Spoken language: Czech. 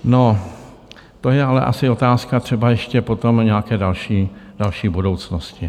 No, to je ale asi otázka třeba ještě potom nějaké další budoucnosti.